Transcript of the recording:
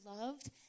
loved